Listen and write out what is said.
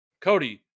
Cody